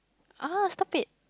ah stop it